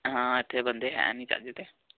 ਹਾਂ ਇਥੇ ਬੰਦੇ ਹੈ ਨੀ ਚਾਜਦੇ